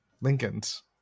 Lincoln's